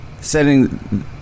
setting